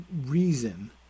reason